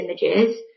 images